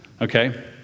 okay